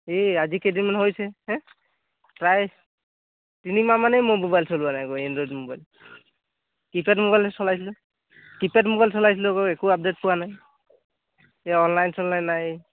এই আজি কেইদিনমান হৈছে হে প্ৰায় তিনিমাহ মানেই মোৰ মোবাইল চলোৱা নাই এনড্ৰইড মোবাইল কীপেড মোবাইল চলাইছিলোঁ কীপেড মোবাইল চলাইছিলোঁ আকৌ একো আপডেট পোৱা নাই এই অনলাইন চনলাইন নাই